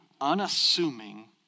unassuming